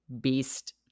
Beast